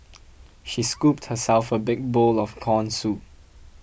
she scooped herself a big bowl of Corn Soup